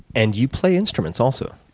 and you play instruments, also.